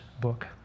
book